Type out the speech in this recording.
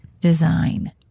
design